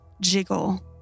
jiggle